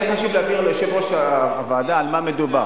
אני רק אבהיר רגע ליושב-ראש הוועדה על מה מדובר.